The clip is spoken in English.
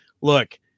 look